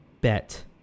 bet